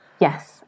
Yes